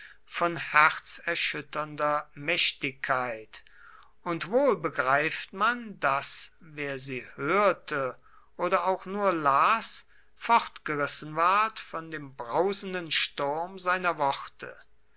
von herzerschütternder mächtigkeit und wohl begreift man daß wer sie hörte oder auch nur las fortgerissen ward von dem brausenden sturm seiner worte